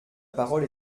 parole